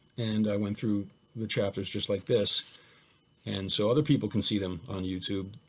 and i went through the chapters just like this and so other people can see them on youtube,